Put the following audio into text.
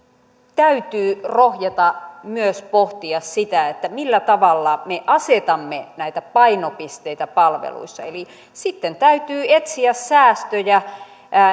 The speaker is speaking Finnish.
täytyy rohjeta myös pohtia sitä millä tavalla me asetamme näitä painopisteitä palveluissa eli sitten täytyy etsiä säästöjä